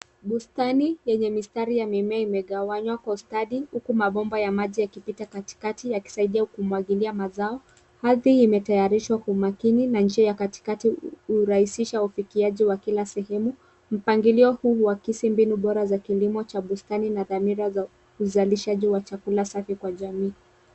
Bustani yenye mimea imegawanywa kwa ustadi huku mabomba ya maji yakipita katikati yakisaidia kumwagilia mazao. Ardhi imetayarishwa kwa njia ya umakini na njia ya katikati urahisisha umwagiliaji wa kila sehemu, mpangilio hii uakisi ubora za ki bustani na dhamira za uzalishaji wa chakula safi kwa jamii.